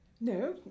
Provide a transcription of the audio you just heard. No